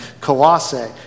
Colossae